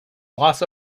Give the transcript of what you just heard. loss